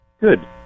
Good